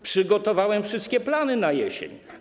Przygotowałem wszystkie plany na jesień.